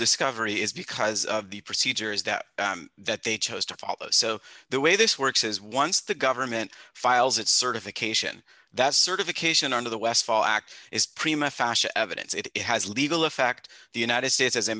discovery is because of the procedures that that they chose to follow so the way this works is once the government files its certification that certification under the westfall act is prima fashion evidence that it has legal effect the united states as a